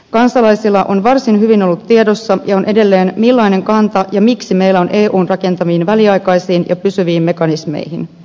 kansalaisilla on varsin hyvin ollut tiedossa ja on edelleen millainen kanta meillä on eun rakentamiin väliaikaisiin ja pysyviin mekanismeihin ja miksi